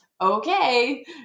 okay